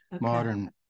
modern